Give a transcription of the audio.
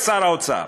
כשר האוצר.